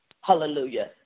Hallelujah